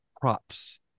props